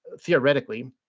theoretically